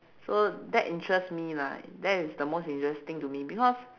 so that interest me lah that is the most interesting to me because